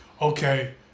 okay